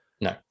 No